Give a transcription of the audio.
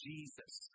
Jesus